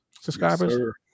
subscribers